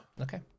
okay